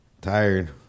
tired